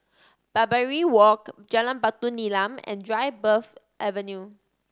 Barbary Walk Jalan Batu Nilam and Dryburgh Avenue